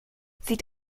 sieht